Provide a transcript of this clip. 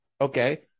okay